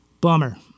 Bummer